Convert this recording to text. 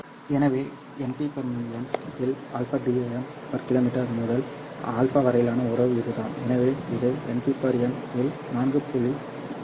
எனவே Np m இல் α dB km முதல் α வரையிலான உறவு இதுதான் எனவே இது Np m இல் 4